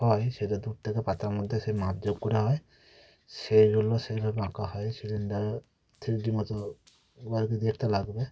হয় সেটা দূর থেকে পাতার মধ্যে সে মাপ যোগ করা হয় সেইগুলো সেইভাবে আঁকা হয় সিলিন্ডারের থ্রি ডি মতো বাইরে থেকে দেখতে লাগবে